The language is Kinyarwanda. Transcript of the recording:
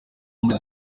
muri